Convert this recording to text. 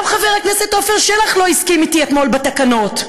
גם חבר הכנסת עפר שלח לא הסכים אתי אתמול, בתקנות,